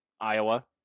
Iowa